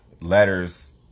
letters